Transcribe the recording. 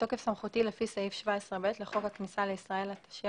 בתוקף סמכותי לפי סעיף 17(ב) לחוק הכניסה לישראל התשי"ב-1952,